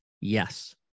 yes